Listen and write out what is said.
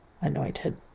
anointed